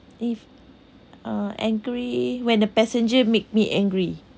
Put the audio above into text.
if uh angry when a passenger make me angry